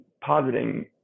positing